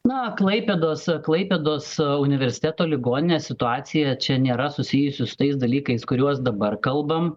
na klaipėdos klaipėdos universiteto ligoninė situacija čia nėra susijusi su tais dalykais kuriuos dabar kalbam